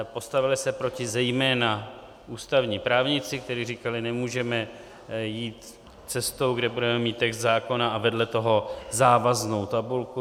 Postavili se proti zejména ústavní právníci, kteří říkali: Nemůžeme jít cestou, kde budeme mít text zákona a vedle toho závaznou tabulku.